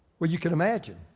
well you can imagine,